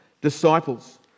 disciples